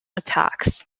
attacks